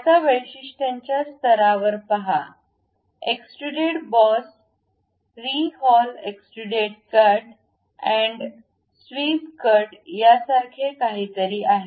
आता वैशिष्ट्यांच्या स्तरावर पहा extruded boss rehaul extruded cut and sweep cut यासारखे काहीतरी आहे